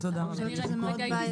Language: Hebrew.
אני חושבת שזה מאוד בעייתי.